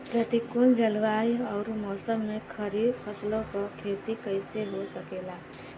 प्रतिकूल जलवायु अउर मौसम में खरीफ फसलों क खेती कइसे हो सकेला?